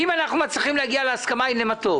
אם אנחנו מצליחים להגיע להסכמה הנה מה טוב.